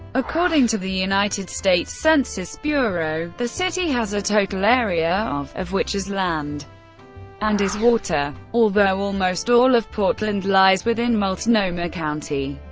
according to the united states census bureau, the city has a total area of, of which is land and is water. although almost all of portland lies within multnomah county,